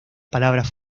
palabras